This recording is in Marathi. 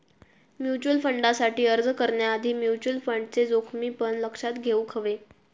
म्युचल फंडसाठी अर्ज करण्याआधी म्युचल फंडचे जोखमी पण लक्षात घेउक हवे